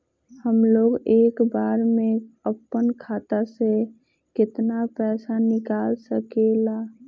हमलोग एक बार में अपना खाता से केतना पैसा निकाल सकेला?